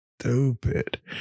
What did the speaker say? stupid